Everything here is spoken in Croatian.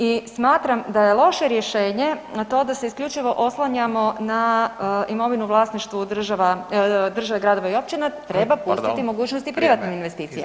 I smatram da je loše rješenje to da se isključivo oslanjamo na imovinu u vlasništvu država, države, gradova i općina [[Upadica: Pardon, vrijeme.]] treba pustiti mogućnost i privatnim investicijama.